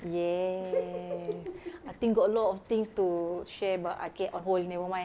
ya I think got a lot of things to share but okay on hold never mind